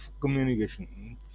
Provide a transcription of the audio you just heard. communication